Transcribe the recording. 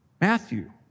Matthew